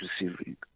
receiving